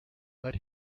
but